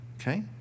Okay